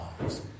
lives